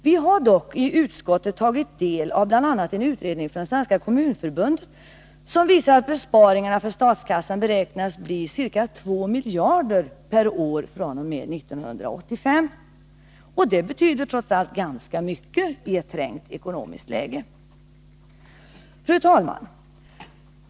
Vi har dock i utskottet tagit del av bl.a. en utredning från Svenska kommunförbundet som visar att besparingarna för statskassan beräknas bli ca 2 miljarder kronor per år fr.o.m. 1985. Det betyder trots allt ganska mycket i ett trängt ekonomiskt läge. Fru talman!